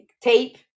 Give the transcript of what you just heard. tape